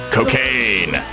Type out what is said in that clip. Cocaine